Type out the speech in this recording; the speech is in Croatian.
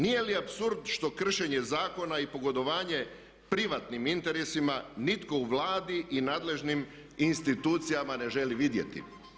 Nije li apsurd što kršenje zakona i pogodovanje privatnim interesima nitko u Vladi i nadležnim institucijama ne želi vidjeti?